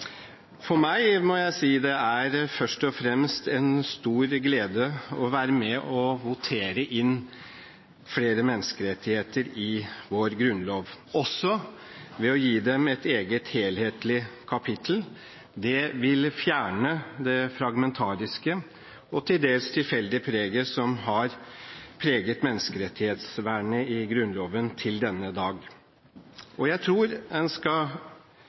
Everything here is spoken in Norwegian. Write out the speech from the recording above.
For meg er det først og fremst en stor glede å være med og votere inn flere menneskerettigheter i vår grunnlov – også ved å gi dem et eget, helhetlig kapittel. Det vil fjerne det fragmentariske og til dels tilfeldige preget som har preget menneskerettighetsvernet i Grunnloven til denne dagen. Jeg tror man skal